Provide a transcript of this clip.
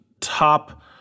top